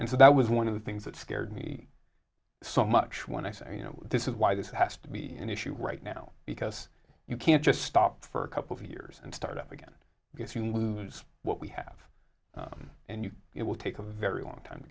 and so that was one of the things that scared me so much when i say you know this is why this has to be an issue right now because you can't just stop for a couple of years and start up again because you lose what we have and it will take a very long time to